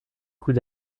coups